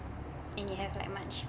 and you have like much